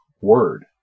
word